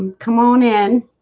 um come on in